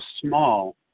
small